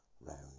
round